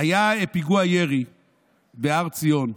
היה פיגוע ירי בהר ציון,